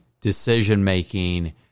decision-making